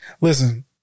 listen